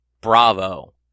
bravo